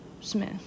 Smith